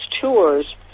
tours